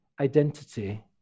identity